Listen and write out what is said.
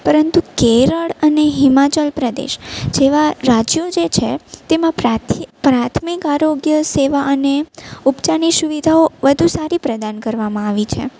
પરંતુ કેરળ અને હિમાચલ પ્રદેશ જેવાં રાજ્યો જે છે તેમાં પ્રાથમિક આરોગ્ય સેવા અને ઉપચારની સુવિધાઓ વધુ સારી પ્રદાન કરવામાં આવી છે